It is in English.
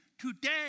Today